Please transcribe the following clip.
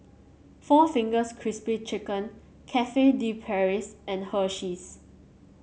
four Fingers Crispy Chicken Cafe De Paris and Hersheys